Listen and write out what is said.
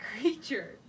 creature